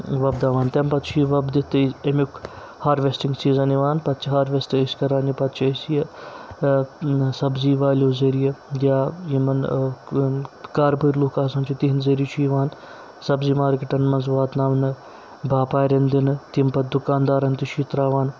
وۄپداوان تَمہِ پَتہٕ چھُ یہِ وۄپدِتھ تہٕ اَمیُک ہاروٮ۪سٹِنٛگ سیٖزَن یِوان پَتہٕ چھِ ہاروٮ۪سٹ أسۍ کَران یہِ پَتہٕ چھِ أسۍ یہِ سبزی والو ذٔریعہِ یا یِمَن کاربٲرۍ لُکھ آسان چھِ تِہنٛدۍ ذٔریعہِ چھِ یِوان سبزی مارکٮ۪ٹَن منٛز واتناونہٕ باپارٮ۪ن دِنہٕ تِم پَتہٕ دُکاندارَن تہِ چھُ یہِ ترٛاوان